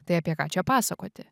tai apie ką čia pasakoti